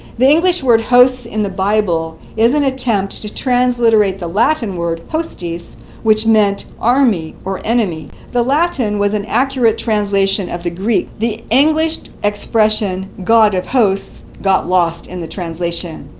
the english word hosts in the bible is an attempt to transliterate the latin word hostis which meant army or enemy. the latin was an accurate translation of the greek. the english expression god of hosts got lost in the translation.